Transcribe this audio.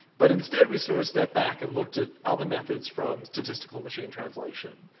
but instead, we sorta stepped back and looked at other methods from statistical machine translation.